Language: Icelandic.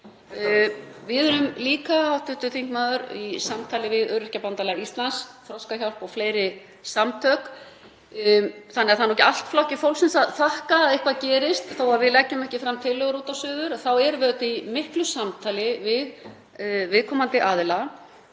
Við erum líka, hv. þingmaður, í samtali við Öryrkjabandalag Íslands, Þroskahjálp og fleiri samtök, þannig að það er ekki allt Flokki fólksins að þakka að eitthvað gerist. Þó að við leggjum ekki fram tillögur út og suður erum við í miklu samtali við viðkomandi aðila